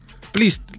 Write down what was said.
please